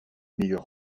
meilleurs